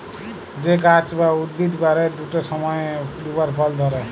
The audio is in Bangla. যে গাহাচ বা উদ্ভিদ বারের দুট সময়ে দুবার ফল ধ্যরে